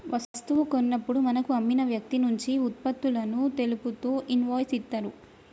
వస్తువు కొన్నప్పుడు మనకు అమ్మిన వ్యక్తినుంచి వుత్పత్తులను తెలుపుతూ ఇన్వాయిస్ ఇత్తరు